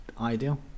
ideal